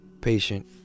patient